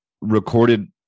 recorded